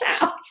out